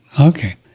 okay